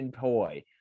toy